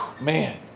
Man